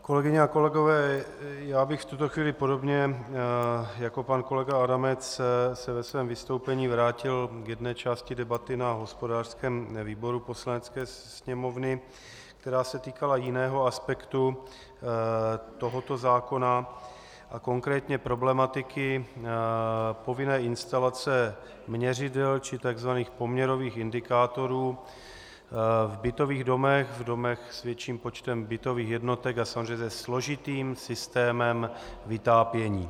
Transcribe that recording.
Kolegyně a kolegové, v tuto chvíli bych se podobně jako pan kolega Adamec ve svém vystoupení vrátil k jedné části debaty na hospodářském výboru Poslanecké sněmovny, která se týkala jiného aspektu tohoto zákona, a konkrétně problematiky povinné instalace měřidel či takzvaných poměrových indikátorů v bytových domech, v domech s větším počtem bytových jednotek a samozřejmě se složitým systémem vytápění.